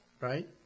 Right